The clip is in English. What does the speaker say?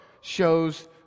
shows